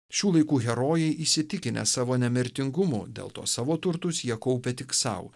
šių laikų herojai įsitikinę savo nemirtingumu dėl to savo turtus jie kaupia tik sau